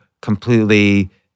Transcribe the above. completely